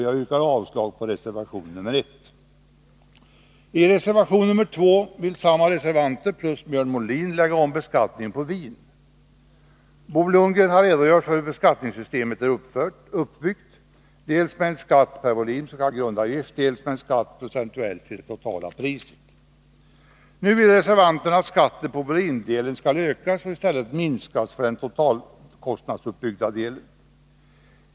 Jag yrkar avslag på reservation nr ån I reservation nr 2 vill samma reservanter samt dessutom Björn Molin lägga om beskattningen på vin. Bo Lundgren har redogjort för hur beskattningssystemet är uppbyggt, dels med en skatt efter volym, s.k. grundavgift, dels med en skatt i procent på det totala priset. Nu vill reservanterna att skatten skall ökas på volymdelen och i stället minskas för den totalkostnadsuppbyggda delen.